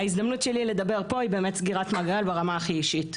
ההזדמנות שלי לדבר פה היא באמת סגירת מעגל ברמה הכי אישית,